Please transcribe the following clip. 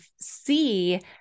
see